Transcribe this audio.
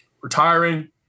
Retiring